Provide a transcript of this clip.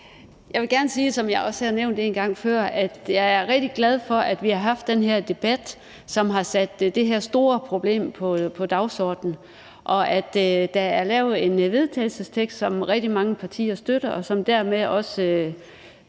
en gang før, at jeg er rigtig glad for, at vi har haft den her debat, som har sat det her store problem på dagsordenen, og at der er lavet en vedtagelsestekst, som rigtig mange partier støtter, og som dermed også